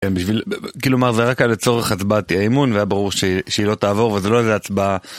כלומר זה היה לצורך הצבעת אי האמון והיה ברור שהיא לא תעבור וזה לא איזה הצבעה